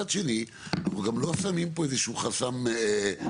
מצד שני אנחנו גם לא שמים פה איזשהו חסם כזה.